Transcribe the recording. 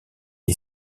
est